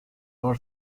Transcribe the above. art